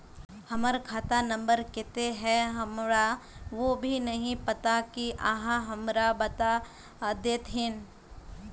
हमर खाता नम्बर केते है हमरा वो भी नहीं पता की आहाँ हमरा बता देतहिन?